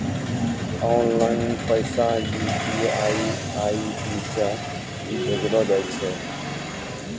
online पैसा UPI ID से भी भेजलो जाय छै